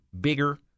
bigger